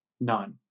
None